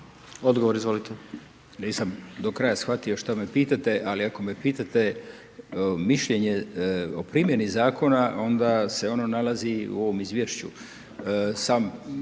Goran** Nisam do kraja shvatio što me pitate, ali ako me pitate mišljenje o primjeni zakona onda se ono nalazi u ovom izvješću.